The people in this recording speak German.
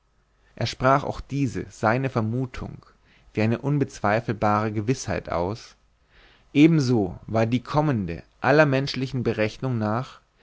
er sprach auch diese seine vermutung wie eine unbezweifelbare gewißheit aus ebenso war die kommende aller menschlichen berechnung nach